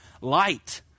light